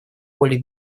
поле